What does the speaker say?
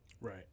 right